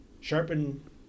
sharpen